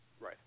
Right